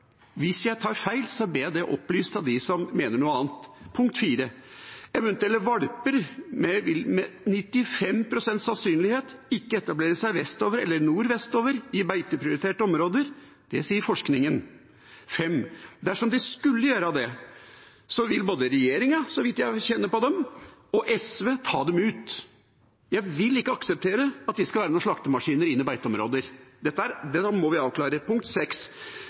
Hvis jeg tar feil, ber jeg om at det blir opplyst av dem som mener noe annet. Eventuelle valper vil med 95 pst. sannsynlighet ikke etablere seg vestover eller nordvestover i beiteprioriterte områder – det sier forskningen. Dersom de skulle gjøre det, vil både regjeringen – så vidt jeg kjenner dem – og SV ta dem ut. Jeg vil ikke akseptere at de skal være slaktemaskiner i beiteområder. Det må vi avklare.